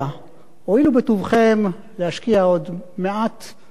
הואילו בטובכם להשקיע עוד מעט משאבים,